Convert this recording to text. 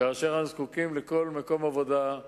כאשר אנחנו זקוקים לכל מקום עבודה,